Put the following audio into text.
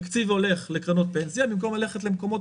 תקציב הולך לקרנות פנסיה במקום ללכת למקומות